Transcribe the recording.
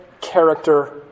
character